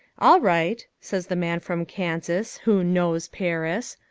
all right, says the man from kansas who knows paris,